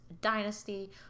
Dynasty